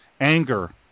anger